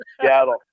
Seattle